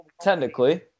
technically